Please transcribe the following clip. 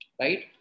right